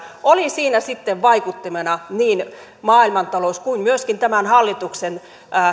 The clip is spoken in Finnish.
oli siinä sitten vaikuttimena niin maailmantalous kuin myöskin tämän hallituksen